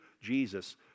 Jesus